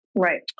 right